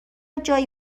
جایی